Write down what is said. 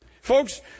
Folks